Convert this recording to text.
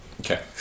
Okay